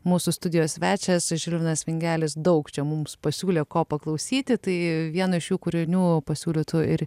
mūsų studijos svečias žilvinas vingelis daug čia mums pasiūlė ko paklausyti tai vieno iš jų kūrinių pasiūlytų ir